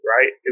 Right